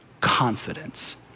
confidence